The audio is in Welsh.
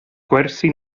gwersi